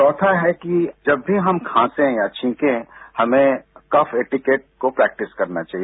चौथा है कि जब भी हम खांसे या छींकें हमें कफ ऐटिकेट्स को प्रैक्टिस करना चाहिए